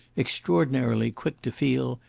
extraordinarily quick to feel,